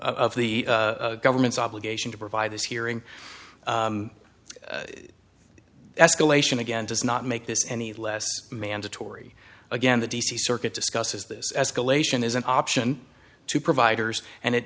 of the government's obligation to provide this hearing escalation again does not make this any less mandatory again the d c circuit discusses this escalation is an option to providers and it